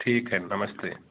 ठीक है नमस्ते